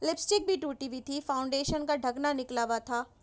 lip stick بھی ٹوٹی ہوئی تھی فاؤنڈیشن کا ڈھکنا نکلا ہوا تھا